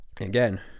again